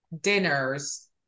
dinners